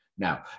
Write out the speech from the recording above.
Now